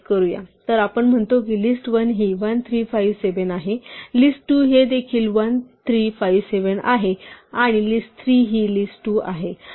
तर आपण म्हणतो list1 हि 1 3 5 7 आहे list2 हि देखील 1 3 5 7 आहे आणि list3 हि list2 आहे